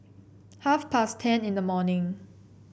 half past ten in the morning